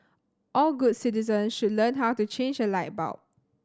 all good citizen should learn how to change a light bulb